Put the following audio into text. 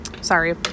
sorry